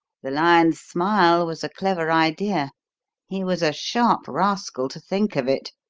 the lion's smile was a clever idea he was a sharp rascal to think of it.